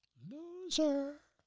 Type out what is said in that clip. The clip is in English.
loser,